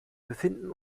befinden